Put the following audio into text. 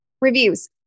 Reviews